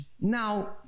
Now